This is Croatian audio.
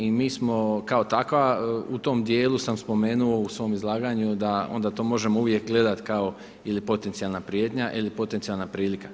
I mi smo kao takva, u tom dijelu sam spomenuo, u svom izlaganju da onda to možemo uvijek gledati kao ili potencijalna prijetnja ili potencijalna prilika.